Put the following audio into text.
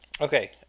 Okay